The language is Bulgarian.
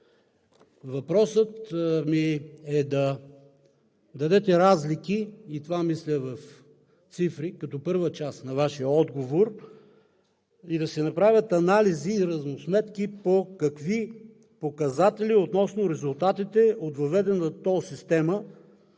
Въпросът ми е да дадете разлики и мисля – в цифри, като първа част на Вашия отговор; да се направят анализи и равносметки по какви показатели относно резултатите от въведена тол система